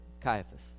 Caiaphas